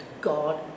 God